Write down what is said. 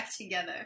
together